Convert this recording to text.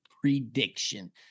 prediction